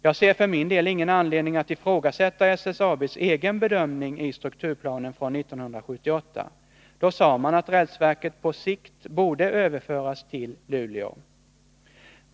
Jag ser för min del ingen anledning att ifrågasätta SSAB:s egen bedömning i strukturplanen från 1978. Då sade man att rälsverket på sikt borde överföras till Luleå.